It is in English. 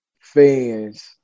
fan's